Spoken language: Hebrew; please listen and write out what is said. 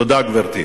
תודה, גברתי.